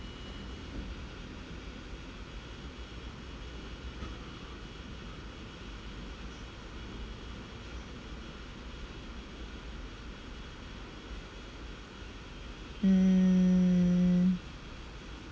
mm